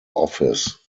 office